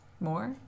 More